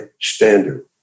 standard